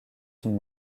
une